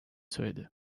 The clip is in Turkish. söyledi